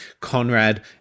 Conrad